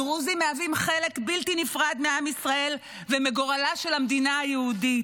הדרוזים מהווים חלק בלתי נפרד מהעם ישראל ומגורלה של המדינה היהודית.